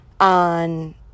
on